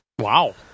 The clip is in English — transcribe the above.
Wow